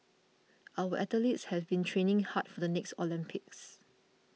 our athletes have been training hard for the next Olympics